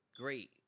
great